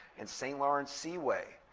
and st. lawrence seaway,